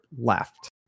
left